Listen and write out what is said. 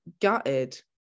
Gutted